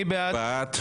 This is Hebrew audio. מי בעד?